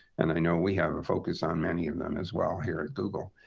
and i know we have a focus on many of them as well here at google.